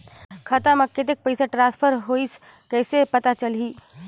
खाता म कतेक पइसा ट्रांसफर होईस कइसे पता चलही?